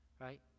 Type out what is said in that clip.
right